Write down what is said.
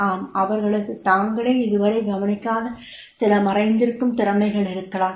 ஆம் அவர்களுக்குத் தாங்களே இதுவரை கவனிக்காத சில மறைந்திருக்கும் திறமைகள் இருக்கலாம்